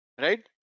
right